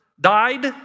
died